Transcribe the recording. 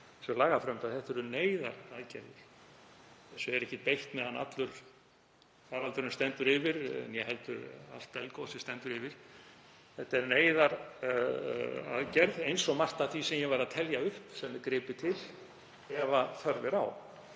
þessu lagafrumvarpi, neyðaraðgerðir. Þessu er ekki beitt meðan allur faraldurinn stendur yfir né heldur þegar allt eldgosið stendur yfir. Þetta er neyðaraðgerð eins og margt af því sem ég var að telja upp sem er gripið til ef þörf er á.